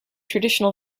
traditional